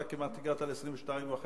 אתה כמעט הגעת ל-22.5%.